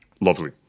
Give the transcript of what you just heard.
lovely